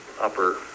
upper